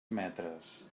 metres